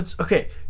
Okay